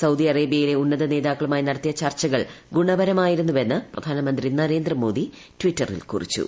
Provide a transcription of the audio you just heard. Saudi അറേബ്യയിലെ ഉന്നത നേതാക്കളുമായി നടത്തിയ ചർച്ചകൾ ഗുണപരമായിരുന്നുവെന്ന് പ്രധാനമന്ത്രി നരേന്ദ്രമോദി ട്വിറ്ററിൽ കുറിച്ചു